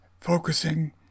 focusing